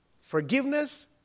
forgiveness